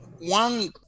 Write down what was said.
one